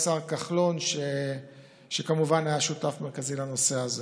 והשר כחלון, שכמובן היה שותף מרכזי לנושא הזה.